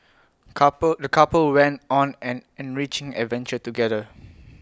couple the couple went on an enriching adventure together